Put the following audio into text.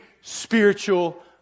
spiritual